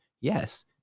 Yes